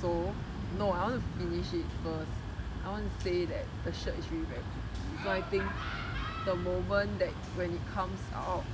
so no I want to finish it first I want to say that the shirt is really very pretty I think the moment that when it comes out